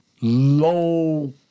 low